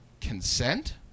consent